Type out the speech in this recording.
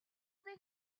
they